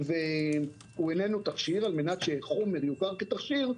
הוא איננו תכשיר, על מנת שחומר יוכר כתכשיר,